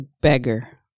beggar